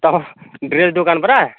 ତୁମ ଡ୍ରେସ୍ ଦୋକାନ ପରା